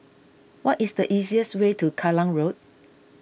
what is the easiest way to Road